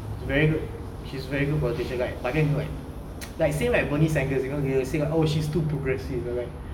she's very good she's very good politician right but then she's like same like bernie sanders you know they say like oh she's too progressive